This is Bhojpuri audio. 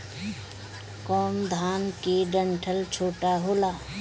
कौन धान के डंठल छोटा होला?